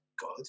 God